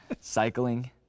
cycling